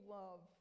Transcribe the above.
love